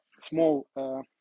small